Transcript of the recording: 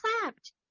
clapped